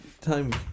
time